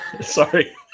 sorry